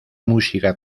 música